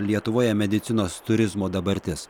lietuvoje medicinos turizmo dabartis